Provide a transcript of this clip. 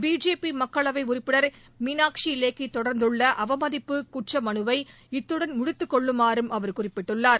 BJP மக்களவை உறுப்பினர் மீனாட்சி லேகி தொடர்ந்துள்ள அவமதிப்பு குற்ற மனுவை இத்துடன் முடித்துக்கொள்ளுமாறும் அவர் குறிப்பிட்டுள்ளார்